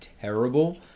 terrible